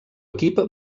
equip